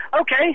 Okay